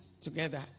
together